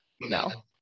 no